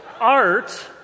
art